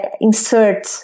insert